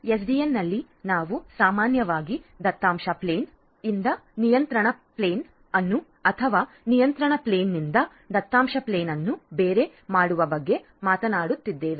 ಎಸ್ಡಿಎನ್ನಲ್ಲಿ ನಾವು ಸಾಮಾನ್ಯವಾಗಿ ದತ್ತಾಂಶ ಪ್ಲೇನ್ನಿಂದ ನಿಯಂತ್ರಣ ಪ್ಲೇನ್ ಅನ್ನು ಅಥವಾ ನಿಯಂತ್ರಣ ಪ್ಲೇನ್ನಿಂದ ದತ್ತಾಂಶ ಪ್ಲೇನ್ ಅನ್ನು ಬೇರೆ ಮಾಡುವ ಬಗ್ಗೆ ಮಾತನಾಡುತ್ತಿದ್ದೇವೆ